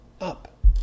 Up